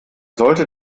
sollte